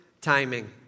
timing